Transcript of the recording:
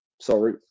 sorry